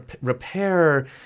repair